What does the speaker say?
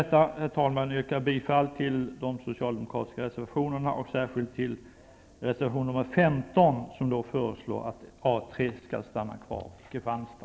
Jag ansluter mig till samtliga socialdemokratiska reservationer, men nöjer mig med att yrka bifall till samma reservationer som